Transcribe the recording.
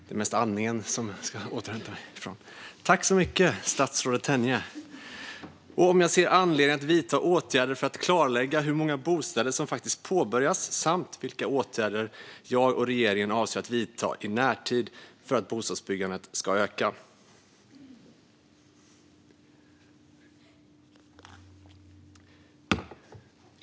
Fru talman! Markus Kallifatides har frågat mig hur jag och regeringen ser på tillförlitligheten i tillgänglig kunskap om nedgången i byggandet av bostäder, om jag ser anledning att vidta åtgärder för att klarlägga hur många bostäder som faktiskt påbörjas samt vilka åtgärder jag och regeringen avser att vidta i närtid för att bostadsbyggandet ska öka.